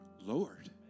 Lord